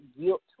guilt